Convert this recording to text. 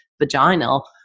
vaginal